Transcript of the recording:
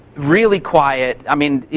really quiet. i mean,